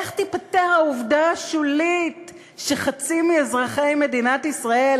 איך תיפתר העובדה השולית שחצי מאזרחי מדינת ישראל,